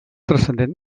transcendent